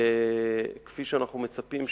כפי שאנחנו מצפים,